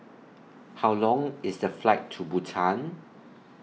How Long IS The Flight to Bhutan